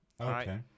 Okay